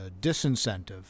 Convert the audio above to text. disincentive